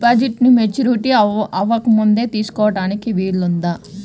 డిపాజిట్ను మెచ్యూరిటీ అవ్వకముందే తీసుకోటానికి వీలుందా?